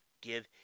give